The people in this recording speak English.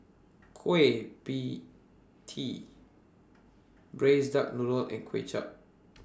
Kueh PIE Tee Braised Duck Noodle and Kuay Chap